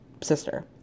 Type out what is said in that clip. sister